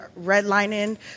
redlining